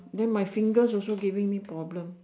then my fingers also giving me problem